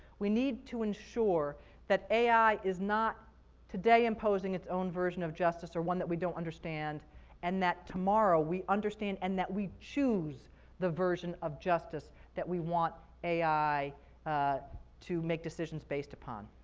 we need to ensure that ai is not today imposing its own version of justice, or one that we don't understand and that tomorrow we understand and that we choose the version of justice that we want ai ah to make decisions based upon.